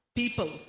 people